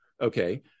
Okay